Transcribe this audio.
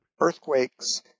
earthquakes